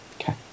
Okay